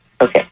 Okay